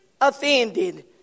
offended